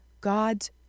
God's